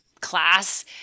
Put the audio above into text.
class